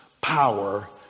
power